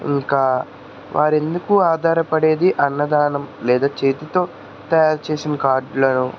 ఇంకా వారు ఎందుకు ఆధారపడేది అన్నదానం లేదా చేతితో తయారు చేసిన కార్డులను